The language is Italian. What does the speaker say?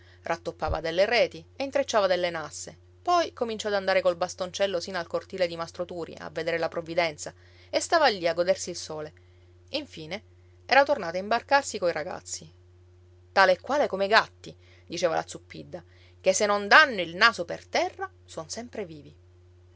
rattoppava delle reti e intrecciava delle nasse poi cominciò ad andare col bastoncello sino al cortile di mastro turi a vedere la provvidenza e stava lì a godersi il sole infine era tornato a imbarcarsi coi ragazzi tale e quale come i gatti diceva la zuppidda che se non danno il naso per terra son sempre vivi